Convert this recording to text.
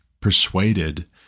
persuaded